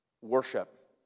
Worship